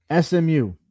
SMU